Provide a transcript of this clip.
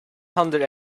hundred